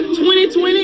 2020